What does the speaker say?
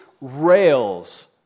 rails